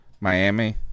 Miami